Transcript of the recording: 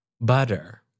butter